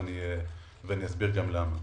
ואסביר למה.